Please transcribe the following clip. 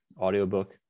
audiobook